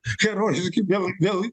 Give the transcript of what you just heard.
herojus gi vėl vėl